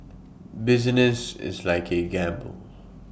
business is like A gamble